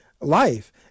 life